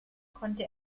konnte